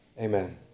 Amen